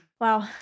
Wow